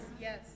Yes